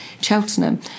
Cheltenham